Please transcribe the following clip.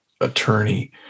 attorney